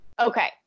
Okay